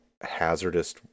hazardous